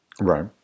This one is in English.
Right